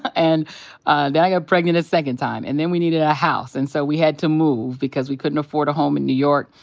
and then i got pregnant a second time. and then we needed a a house. and so we had to move because we couldn't afford a home in new york.